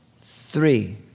three